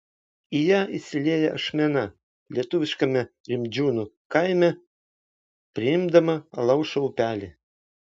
į ją įsilieja ašmena lietuviškame rimdžiūnų kaime priimdama alaušo upelį